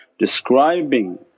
describing